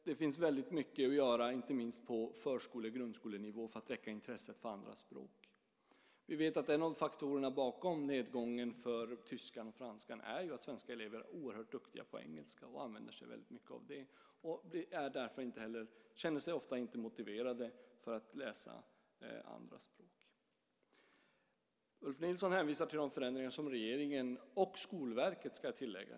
Det finns mycket att göra inte minst på förskole och grundskolenivå för att väcka intresset för andra språk. Vi vet att en av faktorerna bakom nedgången för tyska och franska är att svenska elever är oerhört duktiga på engelska och använder sig mycket av det. Därför känner de sig ofta inte motiverade att läsa andra språk. Ulf Nilsson hänvisar till de förändringar som regeringen och Skolverket har gjort.